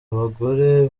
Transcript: abagore